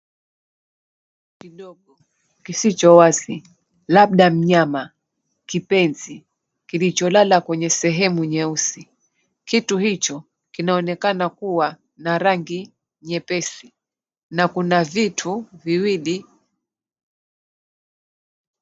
Kitu kidogo kisicho wazi, labda mnyama, kipenzi, kilicholala kwenye sehemu nyeusi. Kitu hicho kinaonekana kuwa na rangi nyepesi. Na kuna vitu viwili.